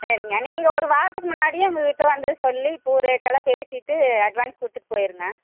சரிங்க நீங்க ஒரு வாரத்துக்கு முன்னாடியே எங்கக்கிட்டே வந்து சொல்லிப் பூ ரேட்டு எல்லாம் பேசிட்டு அட்வான்ஸ் கொடுத்துட்டு போயிடுங்க